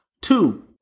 Two